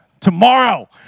tomorrow